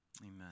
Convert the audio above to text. Amen